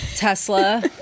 Tesla